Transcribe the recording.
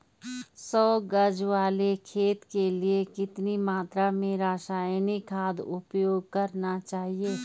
सौ गज वाले खेत के लिए कितनी मात्रा में रासायनिक खाद उपयोग करना चाहिए?